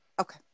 Okay